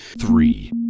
Three